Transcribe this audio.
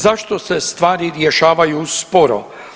Zašto se stvari rješavaju sporo?